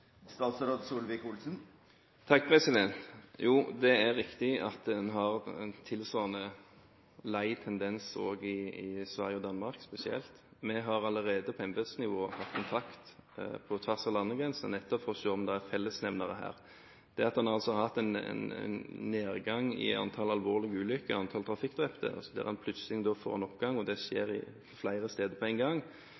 Det er riktig at en ser en tilsvarende lei tendens i Sverige og i Danmark, spesielt. Vi har på embetsnivå allerede hatt kontakt på tvers av landegrensene, nettopp for å se om det er fellesnevnere her. Når en har hatt en nedgang i antall alvorlige ulykker, i antall trafikkdrepte, og en plutselig får en oppgang, og det skjer